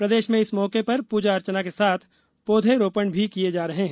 प्रदेश में इस मौके पर पूजा अर्चना के साथ पौधा रोपण भी किया जा रहा है